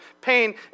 pain